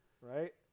right